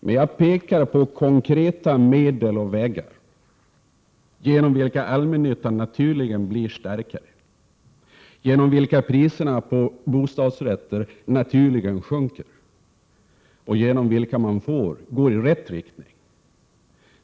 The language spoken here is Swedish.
Men jag pekar på konkreta medel och vägar genom vilka allmännyttan naturligen blir starkare, genom vilka priserna på bostadsrätter naturligen sjunker och genom vilka man går i rätt riktning.